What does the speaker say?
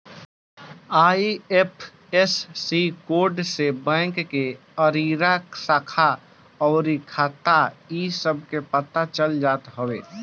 IFSC code से bank के area, शाखा अउरी खाता इ सब के पता चल जात हवे